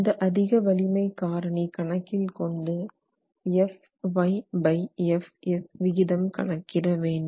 இந்த அதிக வலிமை காரணி கணக்கில் கொண்டு FyFs விகிதம் கணக்கிட வேண்டும்